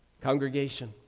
Congregation